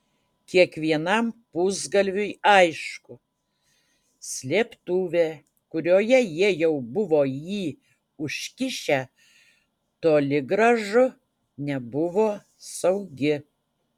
kiekvienam pusgalviui aišku slėptuvė kurioje jie jau buvo jį užkišę toli gražu nebuvo saugi